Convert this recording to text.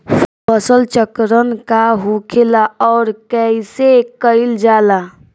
फसल चक्रण का होखेला और कईसे कईल जाला?